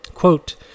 Quote